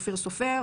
אופיר סופר,